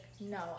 no